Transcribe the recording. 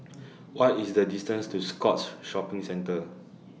What IS The distance to Scotts Shopping Centre